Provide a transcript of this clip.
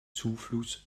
zufluss